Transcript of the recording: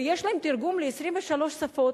ויש להם תרגום ל-23 שפות.